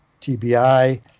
TBI